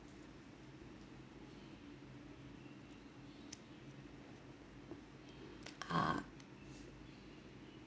ah